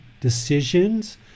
decisions